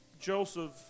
Joseph